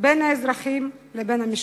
בין האזרחים לבין המשכן.